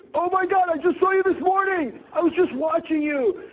oh my god! i just saw you this morning! i was just watching you!